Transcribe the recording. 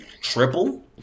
triple